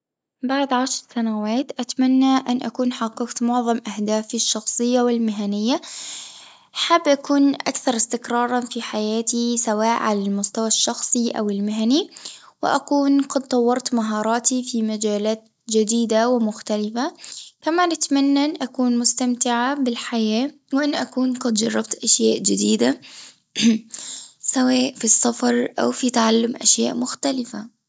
بعد عشر سنوات أتمنى أن أكون حققت معظم أهدافي الشخصية والمهنية، حابة أكون أكثر استقرارًا في حياتي سواء على المستوى الشخصي أو المهني، وأكون قد طورت مهاراتي في مجالات جديدة ومختلفة، كما نتمنى أن اكون مستمتعة بالحياة وأن أكون قد جربت أشياء جديدة، سواء في السفر أو في تعلم أشياء مختلفة.